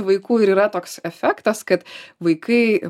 vaikų ir yra toks efektas kad vaikai